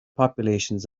populations